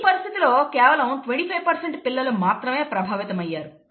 ఈ పరిస్థితిలో కేవలం 25 పిల్లలు మాత్రమే ప్రభావితమయ్యారు